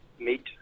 meet